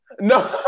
no